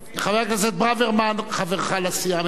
חבר הכנסת ברוורמן, חברך לסיעה מדבר.